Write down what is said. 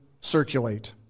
circulate